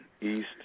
East